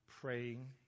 praying